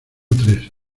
tres